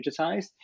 digitized